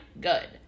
good